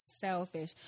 selfish